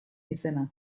izena